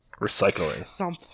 Recycling